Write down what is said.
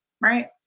right